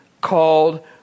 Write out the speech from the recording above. called